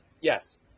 Yes